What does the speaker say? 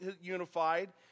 unified